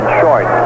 short